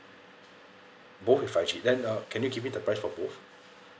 both with five G then uh can you give me the price for both